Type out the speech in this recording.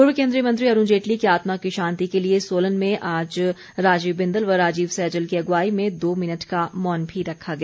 पूर्व केन्द्रीय मंत्री अरूण जेटली की आत्मा की शांति के लिए सोलन में आज राजीव बिंदल व राजीव सैजल की अगुवाई में दो मिनट का मौन भी रखा गया